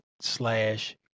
slash